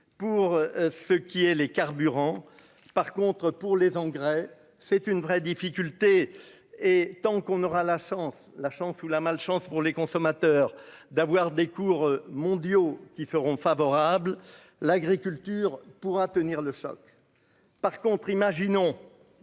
pour ce qui est les carburants par contre pour les engrais, c'est une vraie difficulté, et tant qu'on aura la chance, la chance ou la malchance pour les consommateurs d'avoir des cours mondiaux qui feront favorable l'agriculture pourra tenir le choc, par contre, imaginons,